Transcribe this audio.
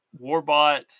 Warbot